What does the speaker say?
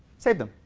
save them.